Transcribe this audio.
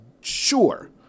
sure